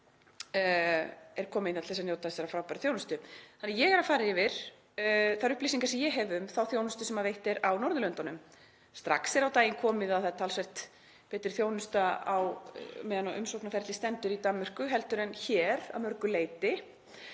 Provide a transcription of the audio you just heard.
er komið hingað til að njóta þessarar frábæru þjónustu. Þannig að ég er að fara yfir þær upplýsingar sem ég hef um þá þjónustu sem veitt er á Norðurlöndunum. Strax er á daginn komið að það er talsvert betri þjónusta meðan á umsóknarferli stendur í Danmörku heldur en hér að mörgu leyti.